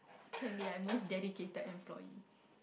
can be like most dedicated employee